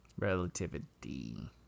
Relativity